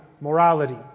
morality